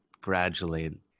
gradually